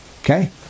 Okay